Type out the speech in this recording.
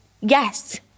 yes